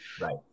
Right